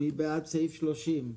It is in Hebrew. מי בעד סעיף 30?